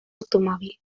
automòbil